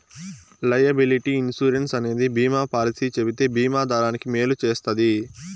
liability insurance అనేది బీమా policy చెబితే బీమా దారానికి మేలు చేస్తది